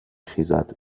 خیزد